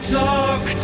talk